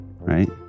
right